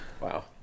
Wow